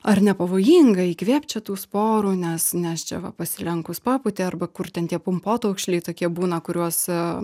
ar nepavojinga įkvėpt čia tų sporų nes nes čia va pasilenkus papūtė arba kur ten tie pumpotaukšliai tokie būna kuriuos